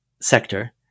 sector